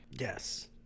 Yes